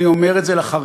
ואני אומר את זה לחרדים,